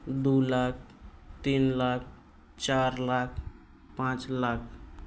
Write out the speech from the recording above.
ᱫᱩ ᱞᱟᱠ ᱛᱤᱱ ᱞᱟᱠ ᱪᱟᱨ ᱞᱟᱠ ᱯᱟᱸᱪ ᱞᱟᱠ